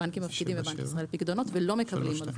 הבנקים מפקידים בבנק ישראל פיקדונות ולא מקבלים הלוואות.